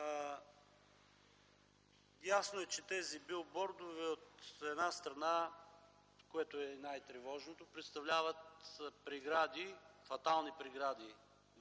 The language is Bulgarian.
Ясно е, че тези билбордове от една страна, което е най-тревожното, представляват прегради, фатални прегради